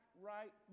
right